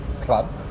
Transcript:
Club